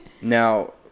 Now